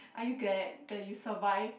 are you glad that you survive